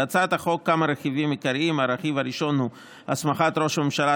בהצעת החוק כמה רכיבים עיקריים: הרכיב הראשון הוא הסמכת ראש הממשלה,